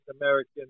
American